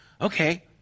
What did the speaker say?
Okay